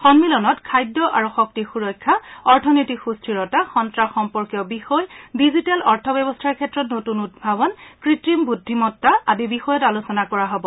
সম্মিলনত খাদ্য আৰু শক্তি সুৰক্ষা অৰ্থনৈতিক সুস্থিৰতা সন্নাস সম্পৰ্কীয় বিষয় ডিজিটেল অৰ্থ ব্যৱস্থাৰ ক্ষেত্ৰত নতুন উদ্ভাৱন কৃত্ৰিম বুদ্ধিমত্বা আদি বিষয়ত আলোচনা কৰা হ'ব